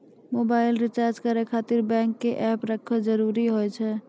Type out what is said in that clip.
Mobile recharge करे खातिर bank के ऐप रखे जरूरी हाव है?